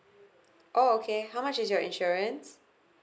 oh okay how much is your insurance